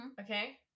Okay